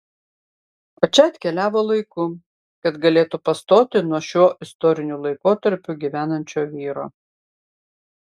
o čia atkeliavo laiku kad galėtų pastoti nuo šiuo istoriniu laikotarpiu gyvenančio vyro